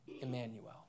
Emmanuel